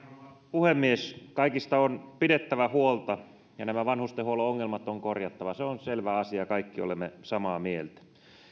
puhemies kaikista on pidettävä huolta ja nämä vanhustenhuollon ongelmat on korjattava se on selvä asia kaikki olemme samaa mieltä